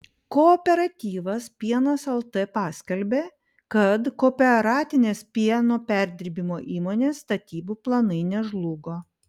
kooperatyvas pienas lt paskelbė kad kooperatinės pieno perdirbimo įmonės statybų planai nežlugo